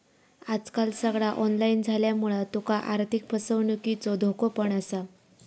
आजकाल सगळा ऑनलाईन झाल्यामुळा तुका आर्थिक फसवणुकीचो धोको पण असा